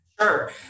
Sure